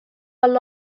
all